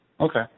Okay